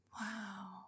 Wow